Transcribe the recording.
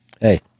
Hey